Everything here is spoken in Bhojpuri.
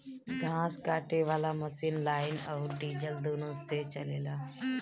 घास काटे वाला मशीन लाइन अउर डीजल दुनों से चलेला